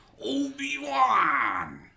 Obi-Wan